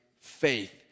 faith